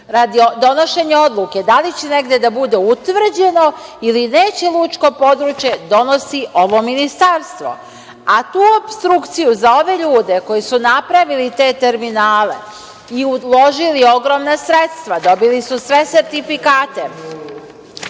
radi donošenja odluke da li će negde da bude utvrđeno ili neće Lučko područje, donosi ovo Ministarstvo. Tu opstrukciju za ove ljude koji su napravili te terminale i uložili ogromna sredstva dobili su sve sertifikate,